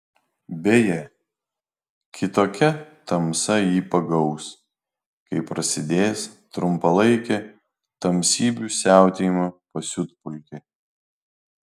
beje kitokia tamsa jį pagaus kai prasidės trumpalaikė tamsybių siautėjimo pasiutpolkė